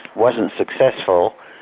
wasn't successful.